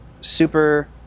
super